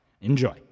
Enjoy